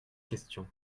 questions